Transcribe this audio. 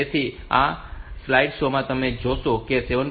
તેથી આ સ્લાઇડશો માં જો આ 7